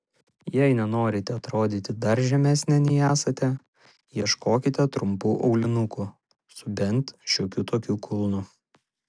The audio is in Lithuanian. jei nenorite atrodyti dar žemesnė nei esate ieškokite trumpų aulinukų su bent šiokiu tokiu kulnu